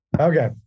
Okay